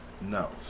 No